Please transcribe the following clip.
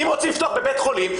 אם רוצים לפתוח בבית החולים,